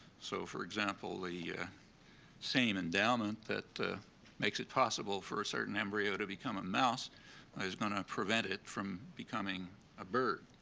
so, for example, the yeah same endowment that makes it possible for a certain embryo to become a mouse is going to prevent it from becoming a bird.